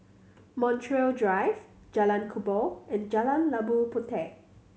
Montreal Drive Jalan Kubor and Jalan Labu Puteh